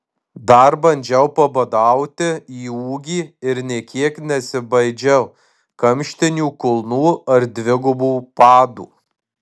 dar bandžiau pabadauti į ūgį ir nė kiek nesibaidžiau kamštinių kulnų ar dvigubų padų